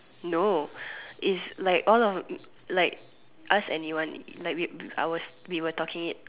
no is like all of like ask anyone like we our we were talking it